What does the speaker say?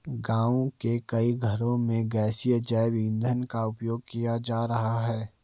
गाँव के कई घरों में गैसीय जैव ईंधन का उपयोग किया जा रहा है